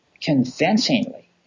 convincingly